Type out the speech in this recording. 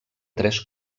tres